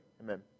Amen